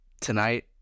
tonight